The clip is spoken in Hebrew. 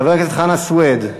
חבר הכנסת חנא סוייד,